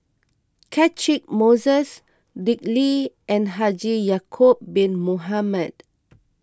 Catchick Moses Dick Lee and Haji Ya'Acob Bin Mohamed